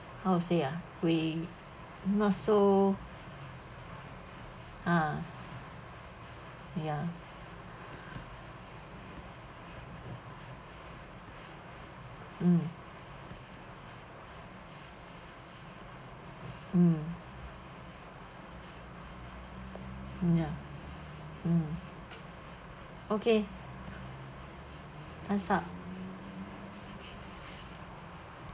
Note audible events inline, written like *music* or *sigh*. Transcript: how to say ah we not so ah ya *breath* mm mm mm ya mm okay time's up